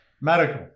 Medical